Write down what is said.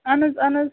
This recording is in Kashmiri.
اَہن حظ اَہَن حظ